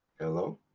hello?